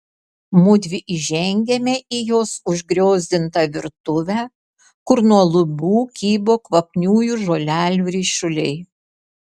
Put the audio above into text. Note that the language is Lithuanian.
mudvi įžengiame į jos užgriozdintą virtuvę kur nuo lubų kybo kvapniųjų žolelių ryšuliai